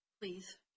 Please